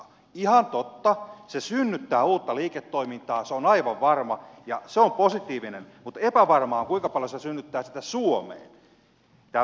ihan totta se synnyttää uutta liiketoimintaa se on aivan varma ja se on positiivista mutta epävarmaa on kuinka paljon se synnyttää sitä suomeen